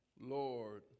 Lord